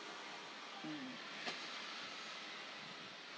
mm